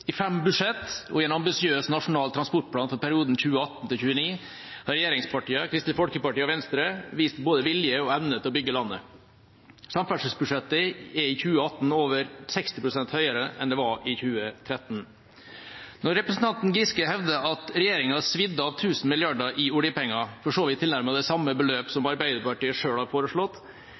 I fem budsjetter og i en ambisiøs nasjonal transportplan for perioden 2018–2029 har regjeringspartiene, Kristelig Folkeparti og Venstre vist både vilje og evne til å bygge landet. Samferdselsbudsjettet er i 2018 over 60 pst. høyere enn det var i 2013. Når representanten Giske hevder at regjeringa har svidd av 1 000 mrd. kr i oljepenger, for så vidt tilnærmet det samme beløp som Arbeiderpartiet selv har foreslått,